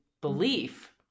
belief